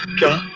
go